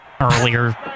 earlier